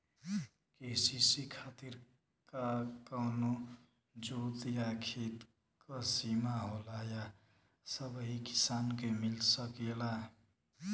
KCC खातिर का कवनो जोत या खेत क सिमा होला या सबही किसान के मिल सकेला?